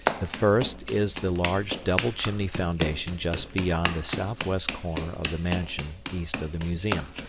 the first is the large double-chimney foundation just beyond the southwest corner of the mansion east of the museum.